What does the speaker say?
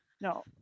no